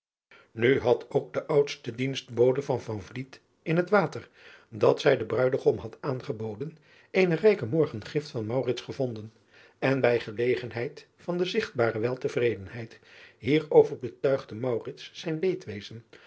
u had ook de oudste ienstbode van in het water dat zij den ruidegom had aangeboden eene rijke morgengift van gevonden en bij gelegenheid van de zigtbare weltevredenheid hierover betuigde zijn leedwezen